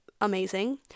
amazing